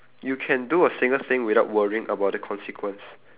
you can do a single thing without worrying about the consequence